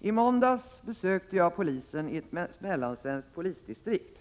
I måndags besökte jag polisen i ett mellansvenskt polisdistrikt.